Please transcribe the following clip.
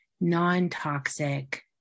non-toxic